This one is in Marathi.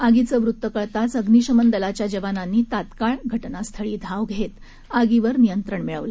आगीचं वृत्त कळताच अग्निशमन दलाच्या जवानांनी तत्काळ घटनास्थळी धाव घेत आगीवर नियंत्रण मिळवलं